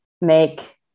make